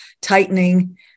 tightening